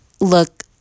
look